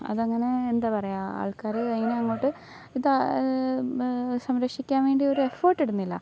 അതങ്ങനെ എന്താ പറയുക ആൾക്കാർ അതിനെ അങ്ങോട്ട് ഇതാ ബ സംരക്ഷിക്കാൻ വേണ്ടിയൊരു എഫേർട്ടിടുന്നില്ല